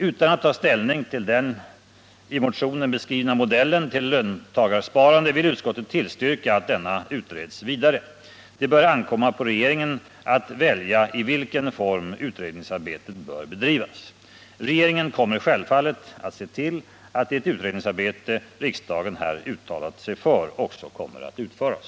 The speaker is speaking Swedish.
Utan att ta ställning till den i motionen beskrivna modellen till löntagarsparande vill utskottet tillstyrka att denna utreds vidare. Det bör ankomma på regeringen att välja i vilken form utredningsarbetet bör bedrivas.” Regeringen kommer självfallet att se till att det utredningsarbete som riksdagen här uttalat sig för också kommer att utföras.